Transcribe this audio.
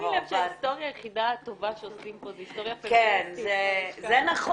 שימי לב שההיסטוריה היחידה הטובה שעושים פה זה היסטוריה -- זה נכון.